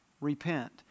repent